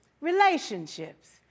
Relationships